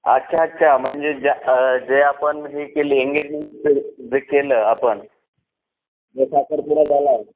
अच्छा अच्छा म्हणजे ज्या जे आपण हे केली एंगेजमेंट जे केलं आपण जो साखपुडा झाला